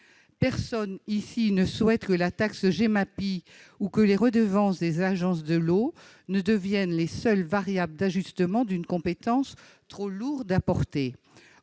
Personne ici ne souhaite que la taxe Gemapi ou les redevances des agences de l'eau deviennent les seules variables d'ajustement d'une compétence trop lourde à porter.